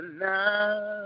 now